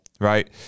right